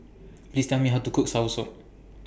Please Tell Me How to Cook Soursop